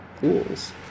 Ghouls